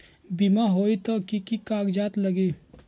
बिमा होई त कि की कागज़ात लगी?